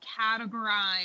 categorize